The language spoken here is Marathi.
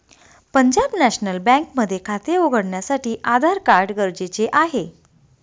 पंजाब नॅशनल बँक मध्ये खाते उघडण्यासाठी आधार कार्ड गरजेचे आहे